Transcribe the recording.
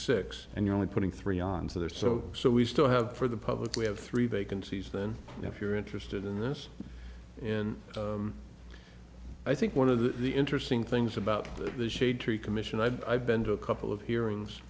six and you're only putting three on so they're so so we still have for the public we have three vacancies then if you're interested in in this i think one of the interesting things about the shade tree commission i've been to a couple of hearings